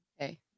Okay